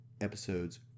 episodes